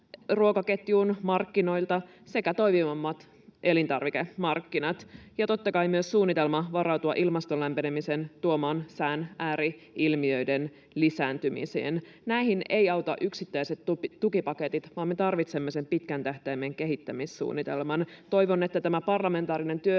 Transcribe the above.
euroja markkinoilta sekä toimivammat elintarvikemarkkinat ja totta kai myös suunnitelma varautua ilmaston lämpenemisen tuomaan sään ääri-ilmiöiden lisääntymiseen. Näihin eivät auta yksittäiset tukipaketit, vaan me tarvitsemme sen pitkän tähtäimen kehittämissuunnitelman. Toivon, että tämä parlamentaarinen